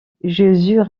jésus